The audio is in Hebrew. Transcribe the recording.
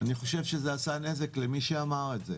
אני חושב שזה עשה נזק למי שאמר את זה,